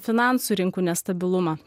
finansų rinkų nestabilumą